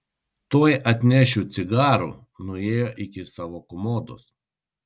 tuoj atnešiu cigarų nuėjo iki savo komodos